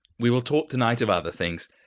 we will talk to-night of other things.